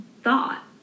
thought